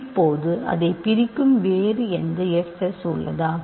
இப்போது அதைப் பிரிக்கும் வேறு எந்த fs உள்ளதா